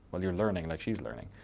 well you're learning like she's learning.